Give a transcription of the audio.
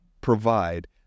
provide